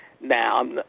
Now